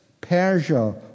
Persia